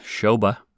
Shoba